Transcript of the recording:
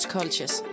Cultures